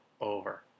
over